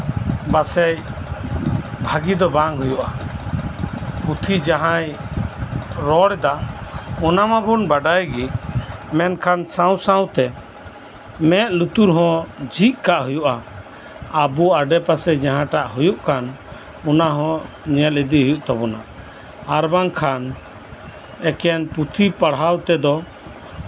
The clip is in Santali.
ᱯᱟᱥᱮᱡ ᱵᱷᱟᱹᱜᱤ ᱫᱚ ᱵᱟᱝ ᱦᱩᱭᱩᱜᱼᱟ ᱯᱩᱛᱷᱤ ᱡᱟᱦᱟᱸᱭ ᱨᱚᱲ ᱮᱫᱟ ᱚᱱᱟ ᱢᱟᱵᱚᱱ ᱵᱟᱰᱟᱭ ᱜᱮ ᱢᱚᱱᱠᱷᱟᱱ ᱥᱟᱶᱼᱥᱟᱶ ᱛᱮ ᱢᱮᱸᱫ ᱞᱩᱛᱩᱨ ᱦᱚᱸ ᱡᱷᱤᱡ ᱠᱟᱜ ᱦᱩᱭᱩᱜᱼᱟ ᱟᱵᱚ ᱟᱰᱮᱯᱟᱥᱮ ᱡᱟᱦᱟᱸᱴᱟᱜ ᱦᱩᱭᱩᱜ ᱠᱟᱱ ᱚᱱᱟ ᱦᱚᱸ ᱧᱮᱞ ᱤᱫᱤ ᱦᱩᱭᱩᱜ ᱛᱟᱵᱚᱱᱟ ᱟᱨ ᱵᱟᱝᱠᱷᱟᱱ ᱮᱠᱷᱮᱱ ᱯᱩᱛᱷᱤ ᱯᱟᱲᱦᱟᱣ ᱛᱮᱫᱚ